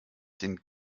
den